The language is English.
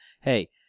hey